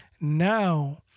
Now